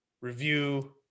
Review